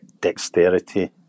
dexterity